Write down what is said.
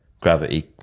gravity